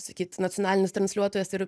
sakyt nacionalinis transliuotojas ir